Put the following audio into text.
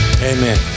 Amen